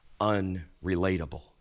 unrelatable